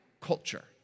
culture